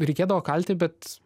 reikėdavo kalti bet